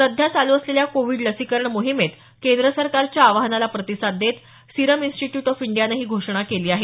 सध्या चालू असलेल्या कोविड लसीकरण मोहीमेत केंद्र सरकारच्या आवाहनाला प्रतिसाद देत सिरम इंस्टीट्यूट ऑफ इंडियानं ही घोषणा केली आहे